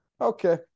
Okay